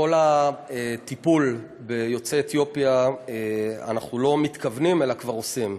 בכל הטיפול ביוצאי אתיופיה אנחנו לא מתכוונים אלא כבר עושים,